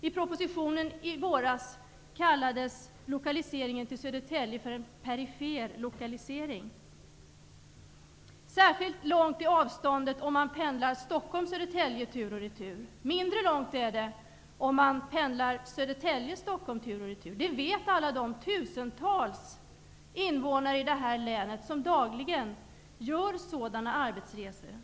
I propositionen som kom i våras kallades lokaliseringen till Södertälje för en perifer lokalisering. Särskilt långt är avståndet om man pendlar Stockholm--Södertälje tur och retur. Mindre långt är det om man pendlar Södertälje--Stockholm tur och retur. Det vet alla de tusentals invånare i länet som dagligen gör sådana arbetsresor.